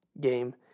game